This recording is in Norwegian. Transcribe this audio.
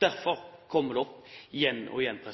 Derfor kommer det opp igjen og igjen i